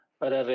para